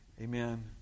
Amen